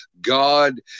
God